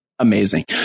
Amazing